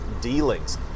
dealings